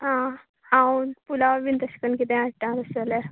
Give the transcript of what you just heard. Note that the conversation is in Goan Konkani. हां हांव पुलाव बी तशें करून कितें हाडटा तशें जाल्यार